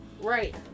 Right